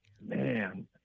man